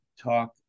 talk